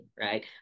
right